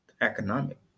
economic